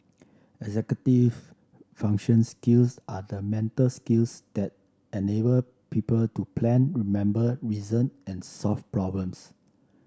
executive function skills are the mental skills that enable people to plan remember reason and solve problems